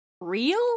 real